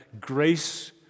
grace